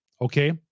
okay